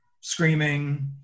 screaming